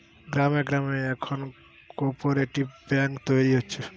গ্রামে গ্রামে এখন কোপরেটিভ বেঙ্ক তৈরী হচ্ছে